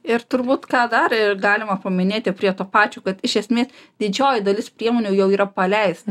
ir turbūt ką dar ir galima paminėti prie to pačio kad iš esmės didžioji dalis priemonių jau yra paleista